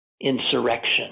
Insurrection